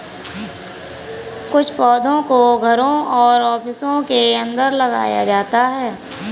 कुछ पौधों को घरों और ऑफिसों के अंदर लगाया जाता है